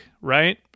right